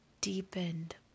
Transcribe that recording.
deepened